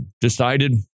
decided